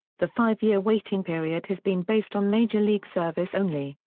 the five-year waiting period has been based on major league service only.